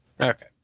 Okay